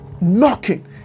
knocking